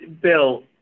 Bill